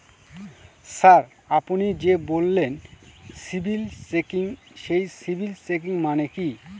Sir আপনি যে বললেন সিবিল চেকিং সেই সিবিল চেকিং মানে কি?